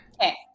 Okay